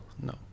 no